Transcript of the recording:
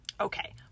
okay